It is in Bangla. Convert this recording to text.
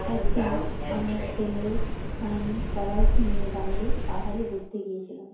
একদিন আমার ছেলে স্বামী সবাইকে নিয়ে বাইরে পাহাড়ে ঘুরতে গিয়েছিলাম